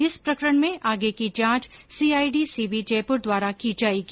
इस प्रकरण में आगे की जांच सीआईडी सीबी जयपुर द्वारा की जायेगी